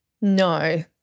No